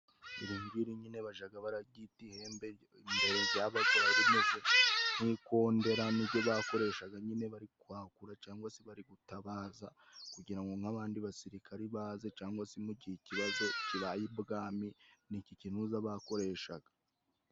Iri ngiri nyine bajya baryita ihembe mbere ryabaga rimeze nk'ikondera. Ni ryo bakoreshaga nyine bari kwakura cyangwa se bari gutabaza, kugira ngo nk'abandi basirikare baze cyangwa se mu gihe ikibazo kibaye ibwami ni iki kintu bakoreshaga.